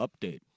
update